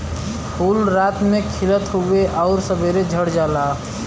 फूल रात में खिलत हउवे आउर सबेरे झड़ जाला